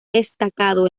destacado